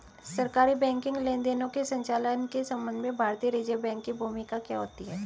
सरकारी बैंकिंग लेनदेनों के संचालन के संबंध में भारतीय रिज़र्व बैंक की भूमिका क्या होती है?